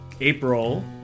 April